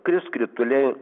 kris krituliai